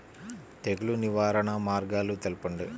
తెగులు నివారణ మార్గాలు తెలపండి?